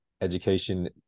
education